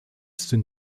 sind